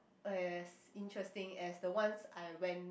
as interesting as the ones I went